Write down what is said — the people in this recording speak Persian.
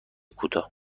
کوتاه